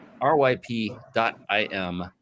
ryp.im